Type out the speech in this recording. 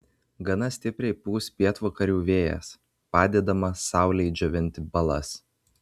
gana stipriai pūs pietvakarių vėjas padėdamas saulei džiovinti balas